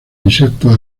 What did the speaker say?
insectos